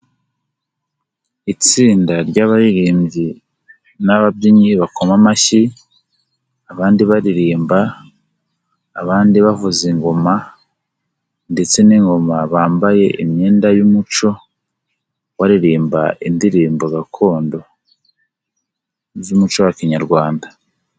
Itsinda ry'abaririmbyi n'ababyinnyi bakoma amashyi, abandi baririmba, abandi bavuza ingoma ndetse n'ingoma, bambaye imyenda y'umuco baririmba indirimbo gakondo z'umuco wa Kinyarwanda.